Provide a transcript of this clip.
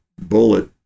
bullet